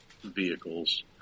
vehicles